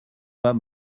pas